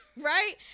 Right